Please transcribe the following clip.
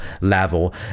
level